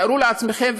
תארו לעצמכם,